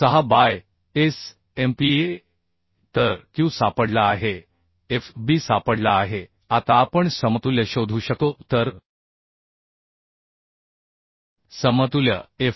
6 by S MPa तर Q सापडला आहे एफ बी सापडला आहे आता आपण समतुल्य शोधू शकतो तर समतुल्य एफ